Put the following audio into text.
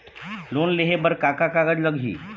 Loan लेहे बर का का कागज लगही?